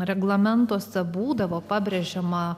reglamentuose būdavo pabrėžiama